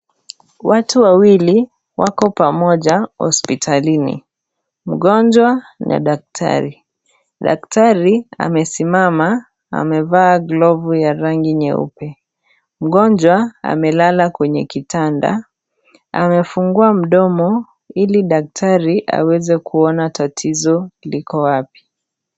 Watu wawili, wako pamoja hospitalini. Mgonjwa na daktari. Daktari amesimama, amevaa glove ya rangi nyeupe. Mgonjwa amelala kwenye kitanda. Amefungua mdomo ili daktari aweze kuona tatizo liko wapi.